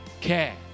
care